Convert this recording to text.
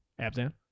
abzan